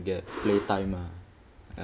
get play time ah